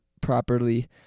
properly